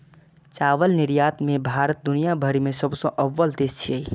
चावल निर्यात मे भारत दुनिया भरि मे सबसं अव्वल देश छियै